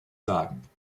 sagen